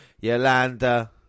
Yolanda